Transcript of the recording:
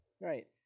Right